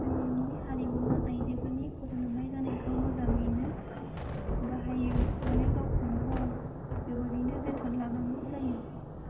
जों हारिमु आइजोफोरनि खर' लोबनाय जानायखौ मोजाङैनो बाहायो आरो गावखौनो गाव जोबोरैनो जोथोन लानांगौ जायो